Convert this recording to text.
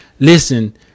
Listen